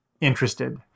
interested